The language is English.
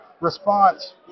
response